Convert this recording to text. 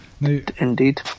Indeed